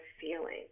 feeling